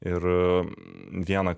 ir vieną